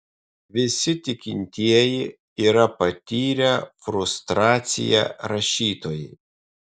visi tikintieji yra patyrę frustraciją rašytojai